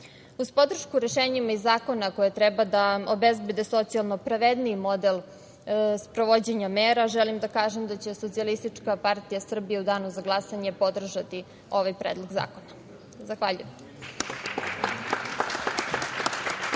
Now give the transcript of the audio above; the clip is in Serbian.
podršku rešenjima iz zakona koji treba da obezbedi socijalno pravedniji model sprovođenja mera, želim da kažem da će SPS u danu za glasanje podržati ovaj Predlog zakona. Zahvaljujem.